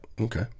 okay